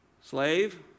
Slave